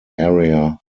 area